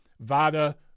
Vada